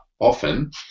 often